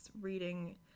reading